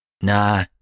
Nah